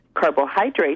carbohydrates